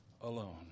alone